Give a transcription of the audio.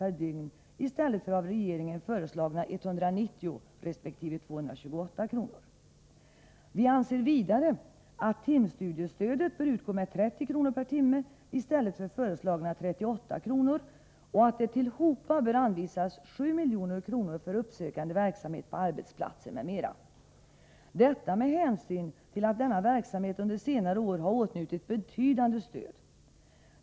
per dygn i stället för av regeringen föreslagna 190 resp. 228 kr. Vi anser vidare att timstudiestödet bör utgå med 30 kr. per timme i stället för 38 kr. och att det tillhopa bör anvisas 7 milj.kr. för uppsökande verksamhet på arbetsplatser m.m. — detta med hänsyn till att denna verksamhet under senare år har åtnjutit ett betydande stöd.